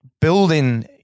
building